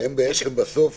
והם בסוף